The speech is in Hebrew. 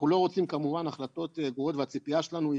אנחנו לא רוצים כמובן החלטות גרועות והציפייה שלנו היא